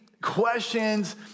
questions